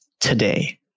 today